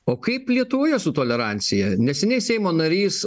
o kaip lietuvoje su tolerancija neseniai seimo narys